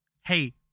hey